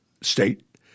state